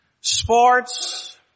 Sports